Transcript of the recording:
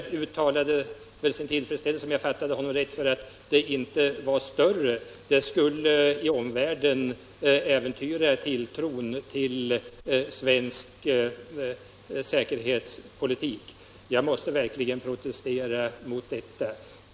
Nu förde han ett resonemang som gick ut på att skillnaderna är så stora att ett genomförande av det socialdemokratiska förslaget skulle kunna äventyra tilltron till svensk säkerhetspolitik. Jag måste verkligen protestera mot detta.